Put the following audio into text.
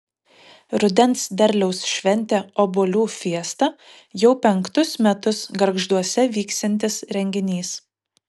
rudens derliaus šventė obuolių fiesta jau penktus metus gargžduose vyksiantis renginys